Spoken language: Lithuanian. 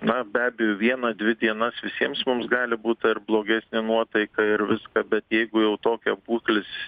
na be abejo vieną dvi dienas visiems mums gali būt ar blogesnė nuotaika ir viską bet jeigu jau tokia būklės